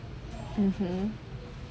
mmhmm